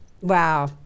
Wow